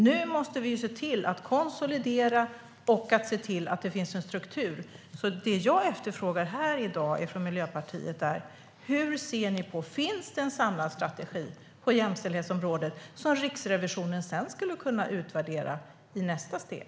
Nu måste vi konsolidera och se till att det finns en struktur. Det jag efterfrågar här i dag från Miljöpartiet är: Finns det en samlad strategi på jämställdhetsområdet som Riksrevisionen sedan skulle kunna utvärdera i nästa steg?